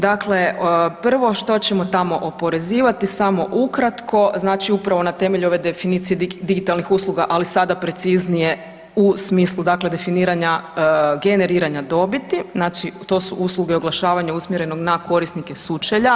Dakle, prvo što ćemo tamo oporezivati samo ukratko, znači upravo na temelju ove definicije digitalnih usluga, ali sada preciznije u smislu dakle definiranja generiranja dobiti, znači to su usluge oglašavanja usmjerenog na korisnike sučelja.